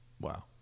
wow